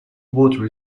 water